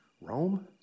Rome